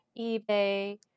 eBay